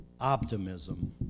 optimism